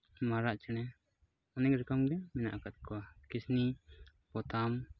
ᱢᱟᱨᱟᱜ ᱪᱮᱬᱮ ᱚᱱᱮᱠ ᱨᱚᱠᱚᱢ ᱜᱮ ᱢᱮᱱᱟᱜ ᱟᱠᱟᱫ ᱠᱚᱣᱟ ᱠᱤᱥᱱᱤ ᱯᱚᱛᱟᱢ